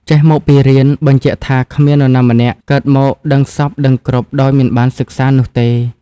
«ចេះមកពីរៀន» បញ្ជាក់ថាគ្មាននរណាម្នាក់កើតមកដឹងសព្វដឹងគ្រប់ដោយមិនបានសិក្សានោះទេ។